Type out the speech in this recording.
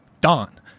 dawn